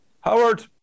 Howard